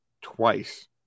twice